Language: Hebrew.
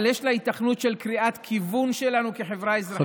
אבל יש לה היתכנות של קריאת כיוון שלנו כחברה אזרחית,